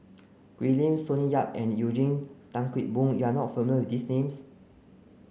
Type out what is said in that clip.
Ken Lim Sonny Yap and Eugene Tan Kheng Boon you are not familiar these names